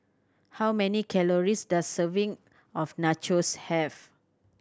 how many calories does serving of Nachos have